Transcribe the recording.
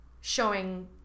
showing